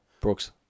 Brooks